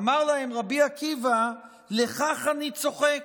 אמר להם רבי עקיבא: לכך אני צוחק.